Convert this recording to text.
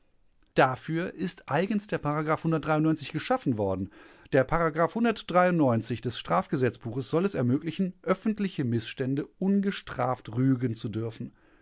dafür ist eigens der geschaffen worden der des strafgesetzbuches soll es ermöglichen öffentliche mißstände ungestraft rügen zu dürfen